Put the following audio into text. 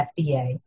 FDA